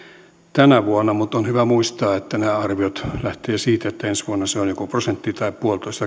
tänä vuonna mutta on hyvä muistaa että nämä arviot lähtevät siitä että kahtena seuraavana vuotena se on joko prosentti tai puolitoista